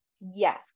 yes